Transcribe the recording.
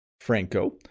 Franco